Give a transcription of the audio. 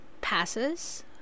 passes